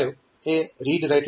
5 એ read write line છે